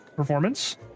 Performance